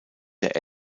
der